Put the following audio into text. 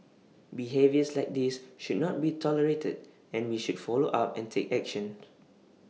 behaviours like this should not be tolerated and we should follow up and take action